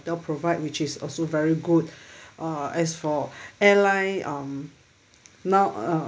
provide which is also very good uh as for airline um now uh